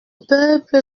peuple